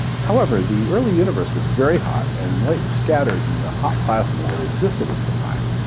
however, the early universe was very hot, and light was scattered in the hot plasma that existed at the time.